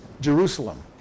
Jerusalem